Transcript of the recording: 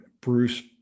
Bruce